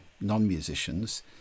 non-musicians